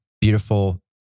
beautiful